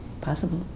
Possible